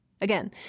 Again